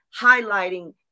highlighting